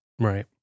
Right